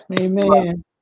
Amen